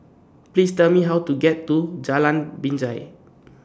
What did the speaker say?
Please Tell Me How to get to Jalan Binjai